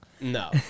No